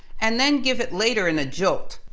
and then give it later in a jolt.